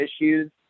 issues